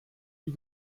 wie